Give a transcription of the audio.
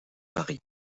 paris